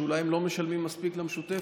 שאולי הם לא משלמים מספיק למשותפת,